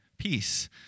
peace